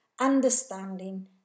understanding